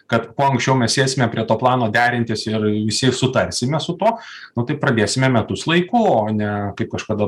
kad kuo anksčiau mes sėsime prie to plano derintis ir visi sutarsime su tuo nu tai pradėsime metus laiku o ne kaip kažkada